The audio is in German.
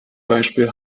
beispiel